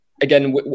again